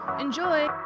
Enjoy